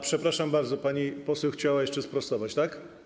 Przepraszam bardzo, pani poseł chciałaby sprostować, tak?